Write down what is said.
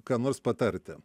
ką nors patarti